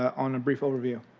on a brief overview.